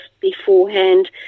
beforehand